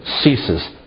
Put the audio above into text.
ceases